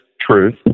truth